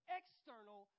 external